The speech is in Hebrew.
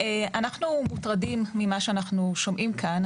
אנחנו מוטרדים ממה שאנחנו שומעים כאן,